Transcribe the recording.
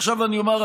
עכשיו אני אומר,